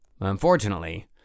Unfortunately